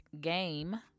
game